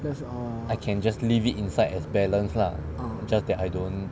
I can just leave it inside as balance lah just that I don't